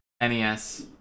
NES